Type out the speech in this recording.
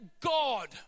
God